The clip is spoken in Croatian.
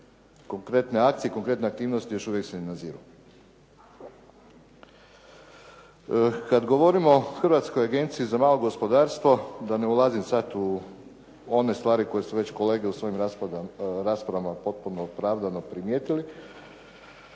konkretne akcije i konkretne aktivnosti još uvijek se ne naziru. Kada govorimo o Hrvatskoj agenciji za malo gospodarstvo da ne ulazim sada u one stvari koje su već kolege u svojim raspravama potpuno opravdano primijetili,